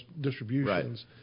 distributions